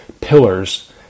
pillars